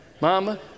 Mama